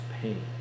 pain